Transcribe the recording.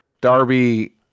Darby